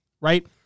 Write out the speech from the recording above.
Right